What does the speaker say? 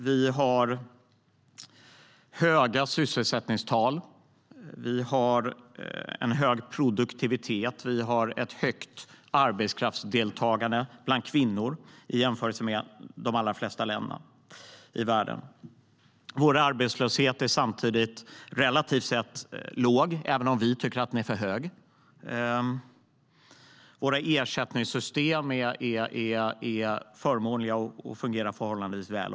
Vi har höga sysselsättningstal, en hög produktivitet och ett stort arbetskraftsdeltagande bland kvinnor i jämförelse med de allra flesta länder i världen. Samtidigt är vår arbetslöshet relativt sett låg, även om vi tycker att den är för hög. Våra ersättningssystem är förmånliga och fungerar också förhållandevis väl.